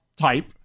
type